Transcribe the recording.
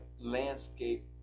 landscape